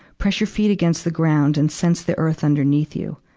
press your feet against the ground and sense the earth and beneath you.